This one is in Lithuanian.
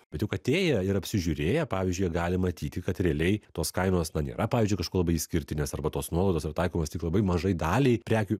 bet juk atėję ir apsižiūrėję pavyzdžiui jie gali matyti kad realiai tos kainos na nėra pavyzdžiui kažkuo labai išskirtinės arba tos nuolaidos yra taikomos tik labai mažai daliai prekių